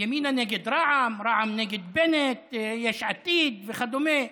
ימינה נגד רע"מ, רע"מ נגד בנט, יש עתיד וכדומה.